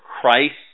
Christ